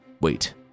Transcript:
Wait